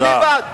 אני בעד.